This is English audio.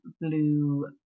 blue